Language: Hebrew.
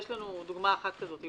יש לנו דוגמה אחת כזאת.